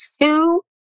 two